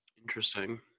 Interesting